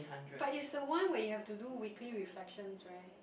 but it's the one where you have to do weekly reflections right